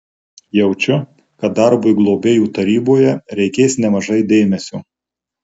jaučiu kad darbui globėjų taryboje reikės nemažai dėmesio